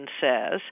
says